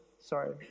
Sorry